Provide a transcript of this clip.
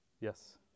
Yes